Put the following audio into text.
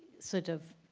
sort of